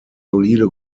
solide